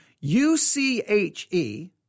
U-C-H-E